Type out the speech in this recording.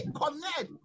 connect